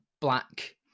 black